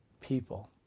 people